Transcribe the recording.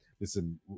Listen